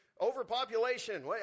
Overpopulation